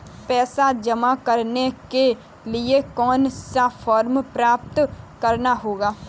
पैसा जमा करने के लिए कौन सा फॉर्म प्राप्त करना होगा?